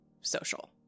Social